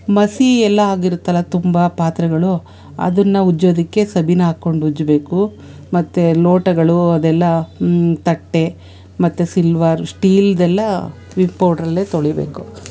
ಮಸಿ ಎಲ್ಲಾ ಆಗಿರುತ್ತಲ್ಲ ತುಂಬ ಪಾತ್ರೆಗಳು ಅದನ್ನು ಉಜ್ಜೋದಕ್ಕೆ ಸಬೀನಾ ಹಾಕ್ಕೊಂಡು ಉಜ್ಬೇಕು ಮತ್ತೆ ಲೋಟಗಳೂ ಅದೆಲ್ಲ ತಟ್ಟೆ ಮತ್ತು ಸಿಲ್ವರ್ ಶ್ಟೀಲ್ದೆಲ್ಲ ವಿಮ್ ಪೌಡರಲ್ಲೇ ತೊಳೀಬೇಕು